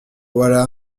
voilà